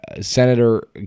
Senator